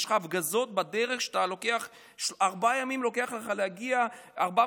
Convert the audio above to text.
יש לך הפגזות בדרך ולוקח לך ארבעה ימים להגיע 400